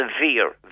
severe